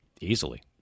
Easily